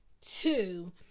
Two